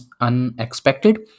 unexpected